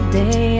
day